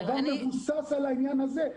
הדבר מבוסס על העניין הזה.